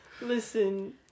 Listen